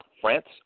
France